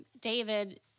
David